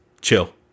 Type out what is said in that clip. chill